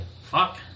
fuck